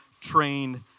trained